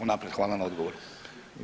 Unaprijed hvala na odgovoru.